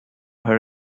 her